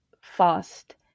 fast